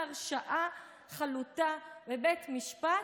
לא פוסחות לצערנו על שום חברה בישראל